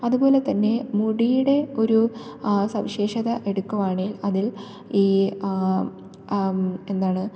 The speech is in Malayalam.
അതുപോലെത്തന്നെ മുടിയുടെ ഒരു സവിശേഷത എടുക്കുവാണേൽ അതിൽ ഈ എന്താണ്